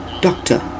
Doctor